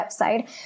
website